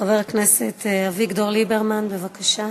חבר הכנסת אביגדור ליברמן, בבקשה,